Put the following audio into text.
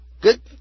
good